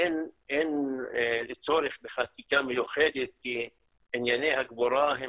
אין צורך בחקיקה מיוחדת כי ענייני הקבורה עם